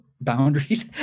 boundaries